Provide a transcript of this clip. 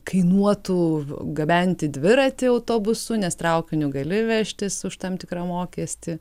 kainuotų gabenti dviratį autobusu nes traukiniu gali vežtis už tam tikrą mokestį